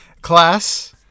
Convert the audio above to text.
class